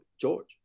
George